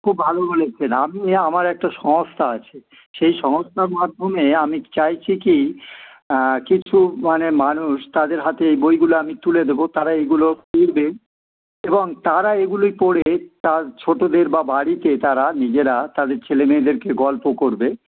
খুব ভালো বলেছেন আমি আমার একটা সংস্থা আছে সেই সংস্থার মাধ্যমে আমি চাইছি কি কিছু মানে মানুষ তাদের হাতে এই বইগুলো আমি তুলে দেবো তারা এইগুলো পবে এবং তারা এগুলো পড়ে তার ছোটোদের বা বাড়িতে তারা নিজেরা তাদের ছেলেমেয়েদেরকে গল্প করবে